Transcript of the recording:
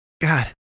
God